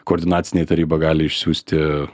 koordinacinė taryba gali išsiųsti